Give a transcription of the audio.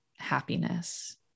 happiness